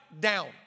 down